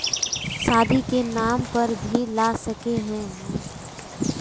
शादी के नाम पर भी ला सके है नय?